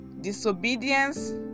Disobedience